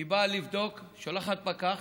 היא באה לבדוק, שולחת פקח